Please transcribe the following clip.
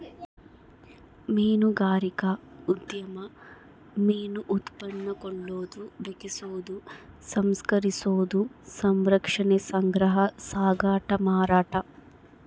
ಮೀನುಗಾರಿಕಾ ಉದ್ಯಮ ಮೀನು ಉತ್ಪನ್ನ ಕೊಳ್ಳೋದು ಬೆಕೆಸೋದು ಸಂಸ್ಕರಿಸೋದು ಸಂರಕ್ಷಣೆ ಸಂಗ್ರಹ ಸಾಗಾಟ ಮಾರಾಟ